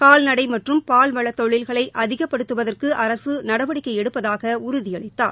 கால்நடை மற்றும் பால்வளத் தொழில்களை அதிகப்படுத்துவதற்கு அரசு நடவடிக்கை எடுப்பதாக உறுதியளித்தார்